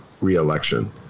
re-election